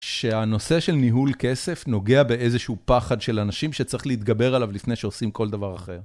שהנושא של ניהול כסף נוגע באיזשהו פחד של אנשים שצריך להתגבר עליו לפני שעושים כל דבר אחר.